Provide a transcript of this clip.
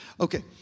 Okay